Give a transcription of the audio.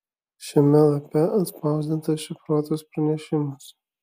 šiame lape atspausdintas šifruotas pranešimas